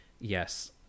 yes